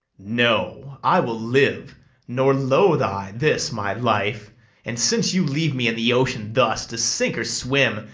no, i will live nor loathe i this my life and, since you leave me in the ocean thus to sink or swim,